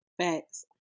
Facts